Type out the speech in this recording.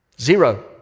zero